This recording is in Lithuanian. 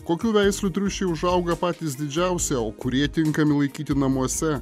kokių veislių triušiai užauga patys didžiausi o kurie tinkami laikyti namuose